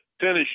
tennis